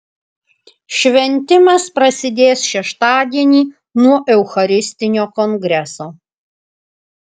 šventimas prasidės šeštadienį nuo eucharistinio kongreso